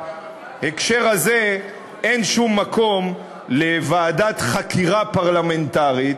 שבהקשר הזה אין שום מקום לוועדת חקירה פרלמנטרית,